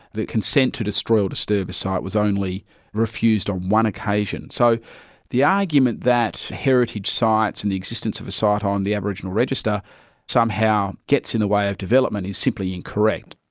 the consent to destroy or disturb a site was only refused on one occasion. so the argument that heritage sites and the existence of a site on the aboriginal register somehow gets in the way of development is simply incorrect.